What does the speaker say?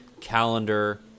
calendar